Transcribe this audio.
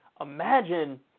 Imagine